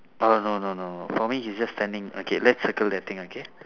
oh no no no for me he's just standing okay let's circle that thing okay